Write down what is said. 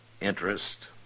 interest